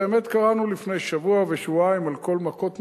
באמת קראנו לפני שבוע ושבועיים על כל מכות מצרים,